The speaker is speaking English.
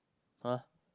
[huh]